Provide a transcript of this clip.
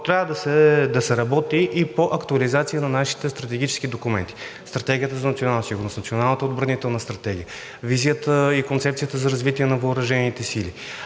трябва да се работи и по актуализация на нашите стратегически документи – Стратегията за национална сигурност, Националната отбранителна стратегия, Визията и концепцията за развитие на въоръжените сили,